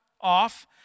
off